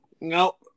Nope